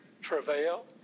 travail